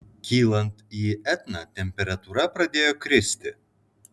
kylant į etną temperatūra pradėjo kristi